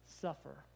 suffer